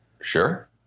Sure